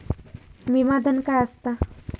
विमा धन काय असता?